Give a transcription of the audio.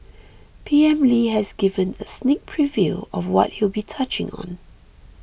P M Lee has given a sneak preview of what he'll be touching on